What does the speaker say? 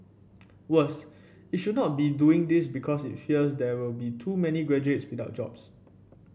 worse it should not be doing this because it fears there will be too many graduates without jobs